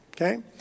okay